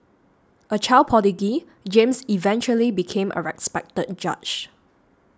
a child prodigy James eventually became a respected judge